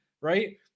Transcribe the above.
right